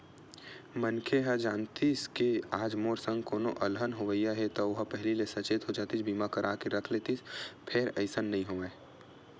मनखे ह जानतिस के आज मोर संग कोनो अलहन होवइया हे ता ओहा पहिली ले सचेत हो जातिस बीमा करा के रख लेतिस फेर अइसन नइ होवय